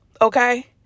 Okay